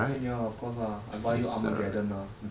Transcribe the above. ya of course ah I buy you armaggeddon ah